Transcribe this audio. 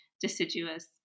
deciduous